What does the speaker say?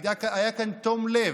היה כאן תום לב.